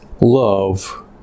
Love